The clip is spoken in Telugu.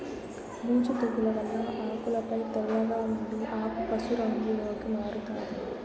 బూజు తెగుల వల్ల ఆకులపై తెల్లగా ఉండి ఆకు పశు రంగులోకి మారుతాది